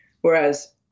whereas